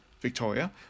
Victoria